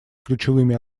ключевыми